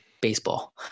baseball